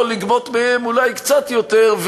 או לגבות מהם אולי קצת יותר,